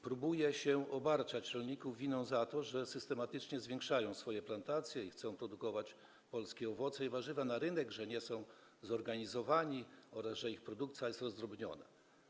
Próbuje się obarczać rolników winą za to, że systematycznie zwiększają swoje plantacje i chcą produkować polskie owoce i warzywa i kierować je na rynek, mówi się, że nie są zorganizowani, oraz że ich produkcja jest rozdrobiona.